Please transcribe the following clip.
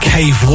Cave